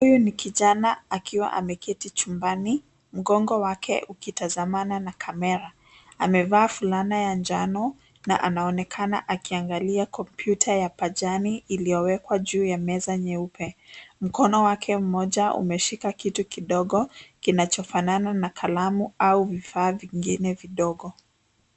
Huyu ni kijana akiwa ameketi chumbani, mgongo wake ukitazamana na kamera. Amevaa fulana ya njano na anaonekana akiangalia kompyuta ya pajani iliyowekwa juu ya meza nyeupe. Mkono wake mmoja umeshika kitu kidogo, kinachofanana na kalamu au vifaa vingine vidogo.